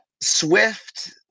Swift